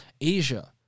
Asia